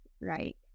right